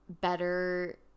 better